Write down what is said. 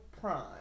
Prime